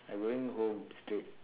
I going home straight